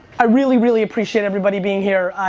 i really, really appreciate everybody being here.